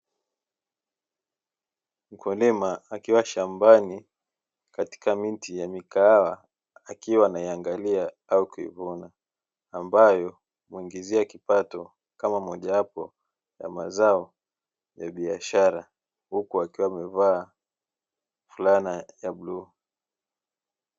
Mkulima akiwa shambani, katika miti ya mikahawa akiwa anaiangalia au kuvuna, ambayo humuingizia kipato kama mojawapo ya mazao ya biashara, huku akiwa amevaa fulana ya bluu.